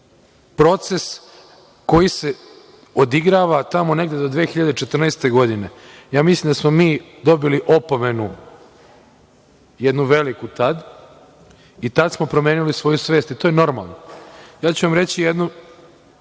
proces koji se odigrava tamo negde do 2014. godine. Mislim da smo mi dobili opomenu jednu veliku tad i tad smo promenili svoju svest i to je normalno. Reći ću vam, ne znam